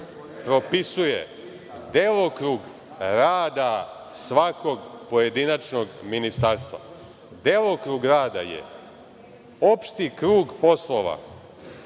propisuje delokrug rada svakog pojedinačnog ministarstva. Delokrug rada je opšti krug poslova